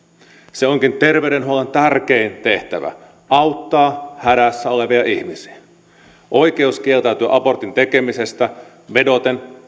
se onkin terveydenhuollon tärkein tehtävä auttaa hädässä olevia ihmisiä oikeus kieltäytyä abortin tekemisestä omaan vakaumukseen vedoten